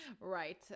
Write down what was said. right